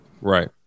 Right